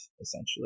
essentially